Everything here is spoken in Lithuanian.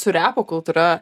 su repo kultūra